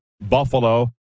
Buffalo